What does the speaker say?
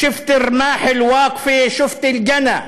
אין הוא מתכופף בפני ההשפלה.